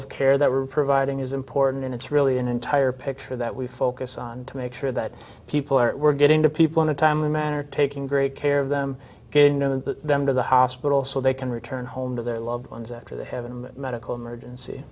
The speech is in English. of care that we're providing is important and it's really an entire picture that we focus on to make sure that people are we're getting to people in a timely manner taking great care of them get to the hospital so they can return home to their loved ones after they have a medical emergency